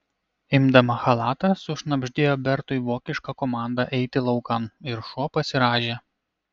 imdama chalatą sušnabždėjo bertui vokišką komandą eiti laukan ir šuo pasirąžė